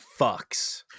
fucks